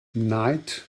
night